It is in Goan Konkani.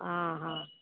आं हा